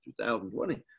2020